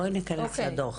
בואי ניכנס לדו"ח.